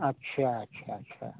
अच्छा अच्छा अच्छा